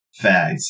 Fags